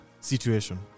situation